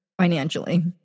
financially